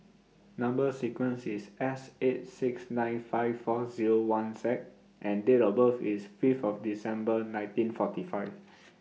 Number sequence IS S eight six nine five four Zero one Z and Date of birth IS Fifth of December one thousand nineteen and forty five